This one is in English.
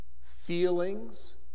feelings